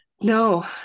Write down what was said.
No